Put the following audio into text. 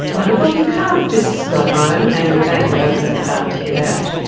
like bob, you can't just go home. and with that, he opened the car to get out.